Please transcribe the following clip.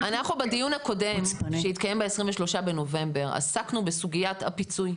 אנחנו בדיון הקודם שהתקיים ב-23 בנובמבר עסקנו בסוגיית הפיצוי.